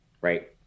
right